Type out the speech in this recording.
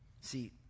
See